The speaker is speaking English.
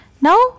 Now